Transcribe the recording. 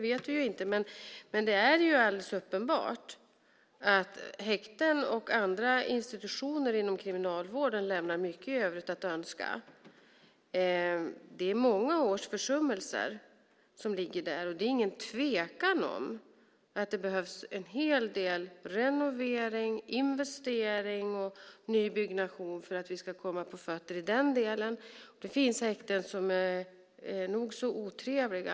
Men det är alldeles uppenbart att häkten och andra institutioner inom Kriminalvården lämnar mycket övrigt att önska. Det är många års försummelser som ligger där. Det råder ingen tvekan om att det behövs en hel del renovering, investering och nybyggnation för att vi ska komma på fötter i den delen. Det finns häkten som är nog så otrevliga.